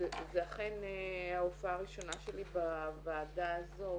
זו אכן ההופעה הראשונה שלי בוועדה הזאת,